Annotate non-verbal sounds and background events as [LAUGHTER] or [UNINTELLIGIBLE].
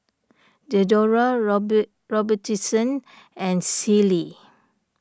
Diadora [UNINTELLIGIBLE] Robitussin and Sealy